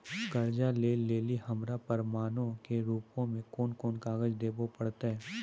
कर्जा लै लेली हमरा प्रमाणो के रूपो मे कोन कोन कागज देखाबै पड़तै?